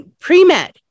pre-med